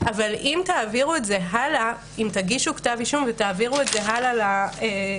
אבל אם תגישו כתב אישום ותעבירו את זה הלאה לנאשם,